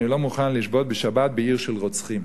אני לא מוכן לשבות בשבת בעיר של רוצחים.